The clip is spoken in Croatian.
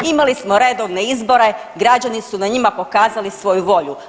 Imali smo redovne izbore, građani su na njima pokazali svoju volju.